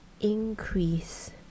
increase